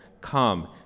come